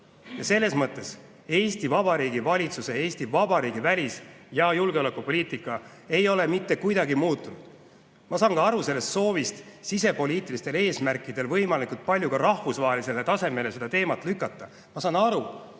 selles mõttes Eesti Vabariigi valitsuse ja Eesti Vabariigi välis- ja julgeolekupoliitika ei ole mitte kuidagi muutunud. Ma saan ka aru soovist sisepoliitilistel eesmärkidel võimalikult palju ka rahvusvahelisele tasemele seda teemat lükata. Ma saan